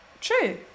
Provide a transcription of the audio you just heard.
True